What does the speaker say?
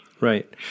Right